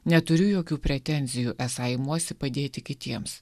neturiu jokių pretenzijų esą imuosi padėti kitiems